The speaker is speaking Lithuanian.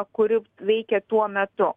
kuri veikė tuo metu